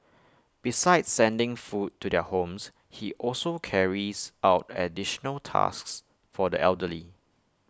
besides sending food to their homes he also carries out additional tasks for the elderly